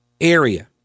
Area